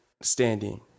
standing